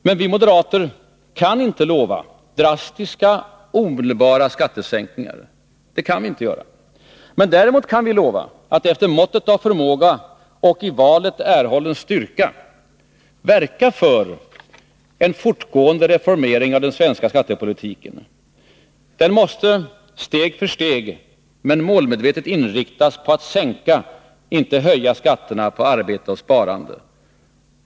Men vi moderater kan inte lova drastiska, omedelbara skattesänkningar. Däremot kan vi lova att efter måttet av förmåga och i valet erhållen styrka verka för en fortgående reformering av den svenska skattepolitiken. Den måste ske steg för steg, men målmedvetet inriktas på att sänka, inte höja skatterna på arbete och sparande.